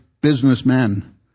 businessmen